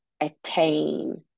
attain